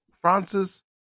Francis